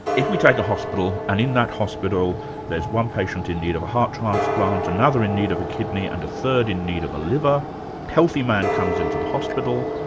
if we take a hospital, and in that hospital there's one patient in need of a heart transplant, another in need of a kidney, and a third in need of a liver. a healthy man comes into the hospital,